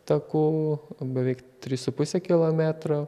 takų beveik trys su puse kilometro